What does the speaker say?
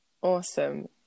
Awesome